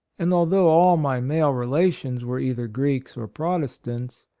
and although all my male relations were either greeks or protestants,